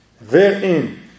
Therein